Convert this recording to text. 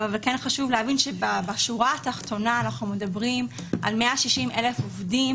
חשוב להבין שבשורה התחתונה אנחנו מדברים על 160,000 עובדים